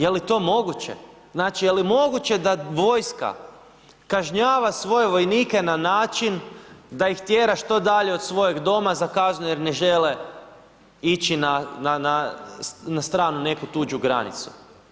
Je li to moguće, znači je li moguće da vojska kažnjava svoje vojnike na način da ih tjera što dalje od svojeg doma za kaznu jer ne žele ići na stranu neku tuđu granicu?